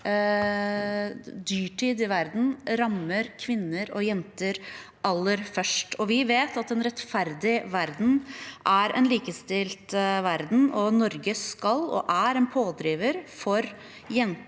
dyrtid i verden rammer kvinner og jenter aller først. Vi vet at en rettferdig verden er en likestilt verden, og Norge skal være og er en pådriver for jenters